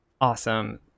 Awesome